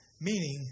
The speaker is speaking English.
meaning